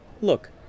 Look